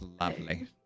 lovely